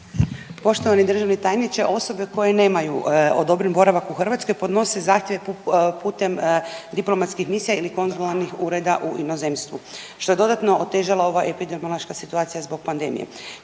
Poštovani državni tajniče, osobe koje nemaju odobren boravak u Hrvatskoj podnose zahtjeve putem diplomatskih misija ili konzularnih ured u inozemstvu, što je dodatno otežala ova epidemiološka situacija zbog pandemije.